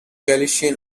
galician